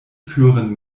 führen